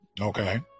Okay